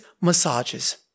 massages